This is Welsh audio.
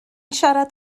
siarad